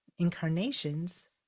incarnations